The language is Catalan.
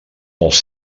els